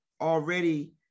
already